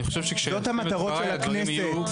זה מטרות הכנסת.